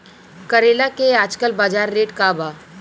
करेला के आजकल बजार रेट का बा?